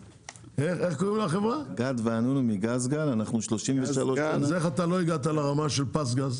אנחנו 33 שנים -- אז איך לא הגעת לרמה של "פזגז"?